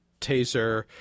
taser